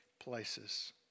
places